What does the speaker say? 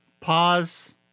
Pause